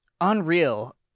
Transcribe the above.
unreal